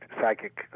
psychic